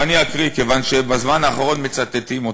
ואני אקריא, כיוון שבזמן האחרון מצטטים אותו,